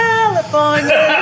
California